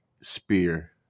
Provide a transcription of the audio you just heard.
Spear